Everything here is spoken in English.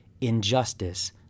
injustice